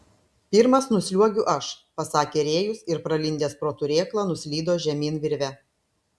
pirmas nusliuogiu aš pasakė rėjus ir pralindęs pro turėklą nuslydo žemyn virve